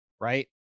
right